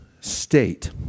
state